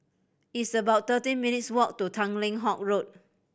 it's about thirteen minutes' walk to Tanglin Halt Road